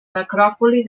necròpoli